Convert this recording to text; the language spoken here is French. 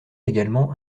également